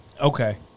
Okay